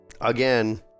again